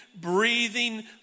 breathing